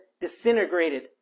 disintegrated